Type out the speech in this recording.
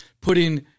putting